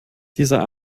dieser